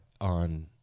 on